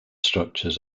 structures